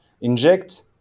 inject